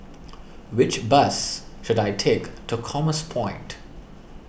which bus should I take to Commerce Point